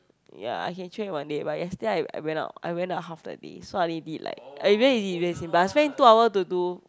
ya I can check with my but yesterday I I went out I went out half the day so I only did like it's very easy but I spend two hour to do